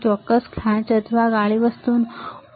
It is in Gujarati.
આ ચોક્કસ ખાંચ અથવા કાળી વસ્તુ માટે શું ઉપયોગ છે